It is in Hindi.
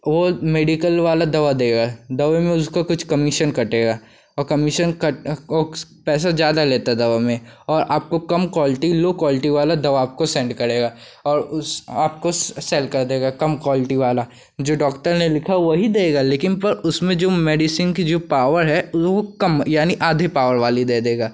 वह मेडिकल वाला दवा देगा दवा में उसको कुछ कमीशन कटेगा वह कमीशन कट वह पैसे ज़्यादा लेता दवा में और आपको कम कोल्टी लो कोल्टी वाली दवा आपको सेंड करेगा और उस आपको सेल कर देगा कम कोल्टी वाला जो डॉक्टर ने लिखा वही देगा लेकिन पर उसमें जो मेडिसन की जो पॉवर है वह कम यानी आधे पॉवर वाली दे देगा